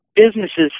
businesses